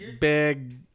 big